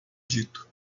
dito